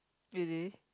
it is